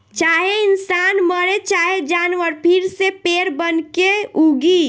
चाहे इंसान मरे चाहे जानवर फिर से पेड़ बनके उगी